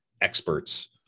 experts